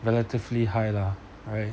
relatively high lah right